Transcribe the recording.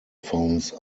phones